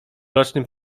rocznym